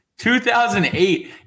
2008